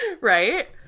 Right